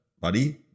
buddy